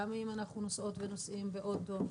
גם אם אנחנו נוסעות ונוסעים באוטו,